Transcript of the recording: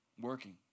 working